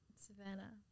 savannah